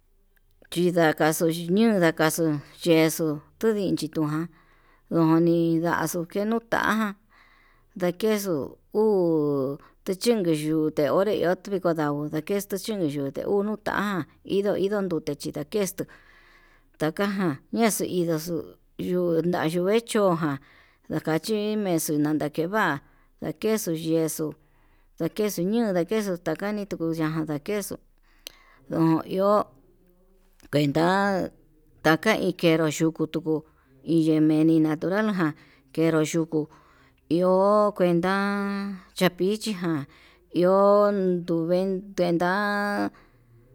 Chindakaxu ñuu ndakaxu, yexuu tundichi tuján ndoni ndaxuu kenuu tajan ndakexu uu ndichiken yuu, nde onré nduu ndikondau ndakexu chine yute unuta'a indo indo ndute chindakento takajan ña'a xuu indo xuu, yuu nando vechoján ndakachi menxo nandakeva'a, ndakexuu yexuu ndakexu ñu'u ndakexo takañitu yundan ndakexu ndó iho kuenta taka iin kenru yuku tuku, iye yemi natural ján knero yukuu iho kuenta chavichi ján iho nduven tenda'a.